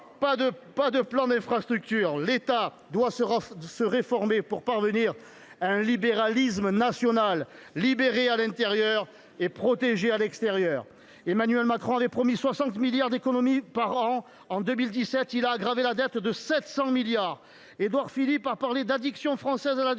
pas de plan d’infrastructures. L’État doit se réformer pour parvenir à un libéralisme national : libérer à l’intérieur et protéger à l’extérieur. Emmanuel Macron avait promis « 60 milliards d’économies par an » en 2017 ; il a aggravé la dette de 700 milliards d’euros. Édouard Philippe a parlé d’« addiction française à la dépense